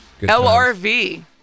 lrv